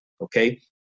okay